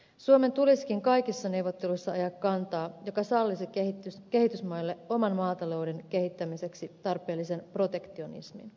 suomen tulisikin kaikissa neuvotteluissa ajaa kantaa joka sallisi kehitysmaille oman maatalouden kehittämiseksi tarpeellisen protektionismin